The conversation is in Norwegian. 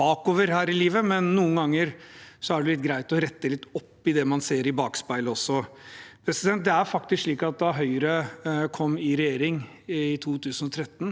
Det er faktisk slik at da Høyre kom i regjering i 2013,